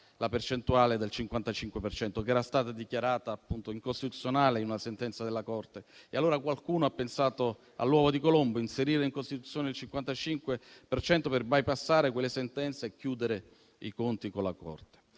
la percentuale del 55 per cento, che era stata dichiarata appunto incostituzionale in una sentenza della Corte. Allora qualcuno ha pensato all'uovo di Colombo: inserire in Costituzione il 55 per cento per bypassare quelle sentenze e chiudere i conti con la Corte.